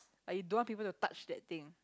like you don't want people to touch that thing